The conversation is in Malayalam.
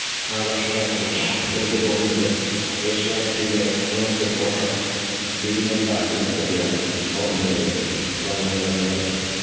ആകര്ഷകമായി എനിക്ക് തോന്നിയത് ഏഷ്യാനെറ്റിന്റെ ന്യൂസ് റിപ്പോര്ട്ടര് ബിബിന് എം ദാസിനെ പറ്റിയാണ് ഓര്മ്മയില് വരുന്നത് വള്ളംകളി മുതല്